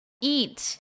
eat